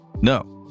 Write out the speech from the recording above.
No